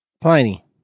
Pliny